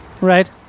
right